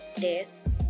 death